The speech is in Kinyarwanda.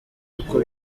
uko